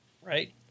right